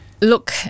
Look